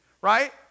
right